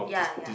ya ya